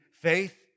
faith